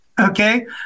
okay